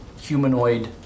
humanoid